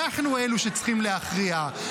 אנחנו אלה שצריכים להכריע,